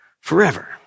forever